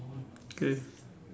okay